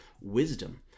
wisdom